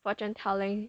fortune telling